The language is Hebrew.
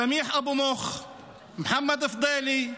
סמיח אבו מוח', מוחמד פדילי,